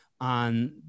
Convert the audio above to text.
on